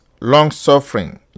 long-suffering